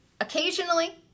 occasionally